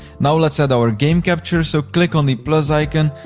now let's set our game capture, so click on the plus icon,